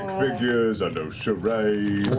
figures. i know charades.